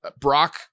Brock